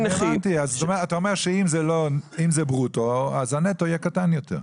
אתה אומר שאם זה ברוטו, הנטו יהיה קטן יותר.